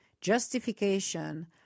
Justification